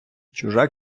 чужа